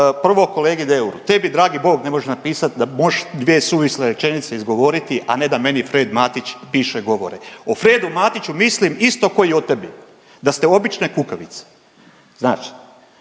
Prvo kolegi Deuru, tebi dragi bog ne može napisati da možeš dvije suvisle rečenice izgovoriti a ne da meni Fred Matić piše govore. O Fredu Matiću mislim isto ko i o tebi, da ste obične kukavice, znaš,